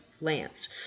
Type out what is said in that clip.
lance